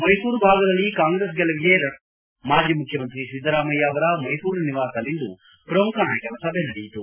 ಮೈಸೂರು ಭಾಗದಲ್ಲಿ ಕಾಂಗ್ರೆಸ್ ಗೆಲುವಿಗೆ ರಣತಂತ್ರ ರೂಪಿಸಲು ಮಾಜಿ ಮುಖ್ಮಮಂತ್ರಿ ಸಿದ್ದರಾಮಯ್ತ ಅವರ ಮೈಸೂರು ನಿವಾಸದಲ್ಲಿಂದು ಪ್ರಮುಖ ನಾಯಕರ ಸಭೆ ನಡೆಯಿತು